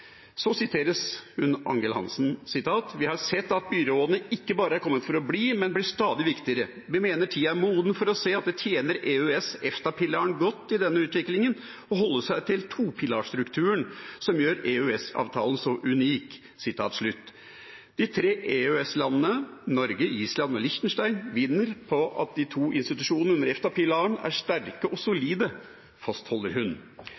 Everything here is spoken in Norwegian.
har sett at byråene ikke bare er kommet for å bli, men blir stadig viktigere. Vi mener tida er moden for å se at det tjener EØS–Efta-pilaren godt i denne utviklingen å holde seg til topilarstrukturen som gjør EØS-avtalen så unik. De tre EØS-landene Norge, Island og Liechtenstein vinner på at de to institusjonene under Efta-pilaren er «sterke og